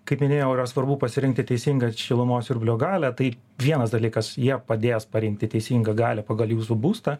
kaip minėjau yra svarbu pasirinkti teisingą šilumos siurblio galią tai vienas dalykas jie padės parinkti teisingą galią pagal jūsų būstą